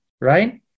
right